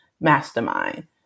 mastermind